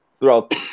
throughout